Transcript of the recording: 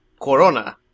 Corona